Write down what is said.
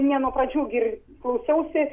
ne nuo pradžių gir klausiausi